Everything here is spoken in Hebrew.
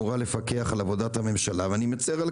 אמורה לפקח על עבודת הממשלה ואני מצר על